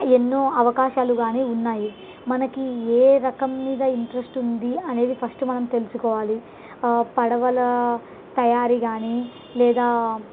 ఎన్నో అవకాశాలు కానీ ఉన్నాయి మనకి ఏ రకం మీద ఇంట్రెస్ట్ ఉంది అనేది ఫస్ట్ మనం తెలుసుకోవాలి పడవల తయారీ కానీ లేదా